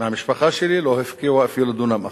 מהמשפחה שלי לא הפקיעו אפילו דונם אחד,